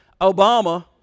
Obama